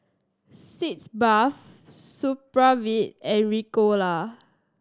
Sitz Bath Supravit and Ricola